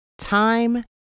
time